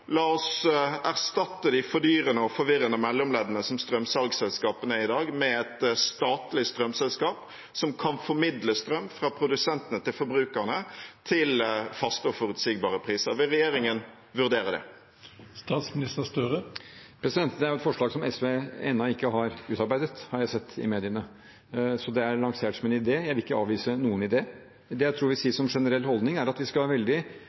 La oss erstatte de fordyrende og forvirrende mellomleddene som strømsalgsselskapene er i dag, med et statlig strømselskap som kan formidle strøm fra produsentene til forbrukerne, til faste og forutsigbare priser. Vil regjeringen vurdere det? Det er jo et forslag som SV ennå ikke har utarbeidet, har jeg sett i mediene, så det er lansert som en idé. Jeg vil ikke avvise noen idé. Det jeg tror jeg vil si som en generell holdning, er at vi skal være veldig